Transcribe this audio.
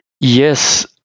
yes